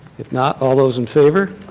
if not, although those in favor?